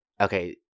okay